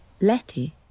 letty